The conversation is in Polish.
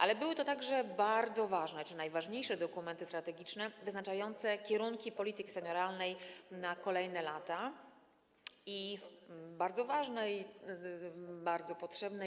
Ale były to także bardzo ważne czy też najważniejsze dokumenty strategiczne wyznaczające kierunki polityki senioralnej na kolejne lata bardzo ważnej, i bardzo potrzebnej.